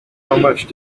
much